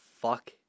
fuck